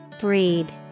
Breed